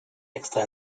extra